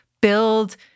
build